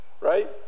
right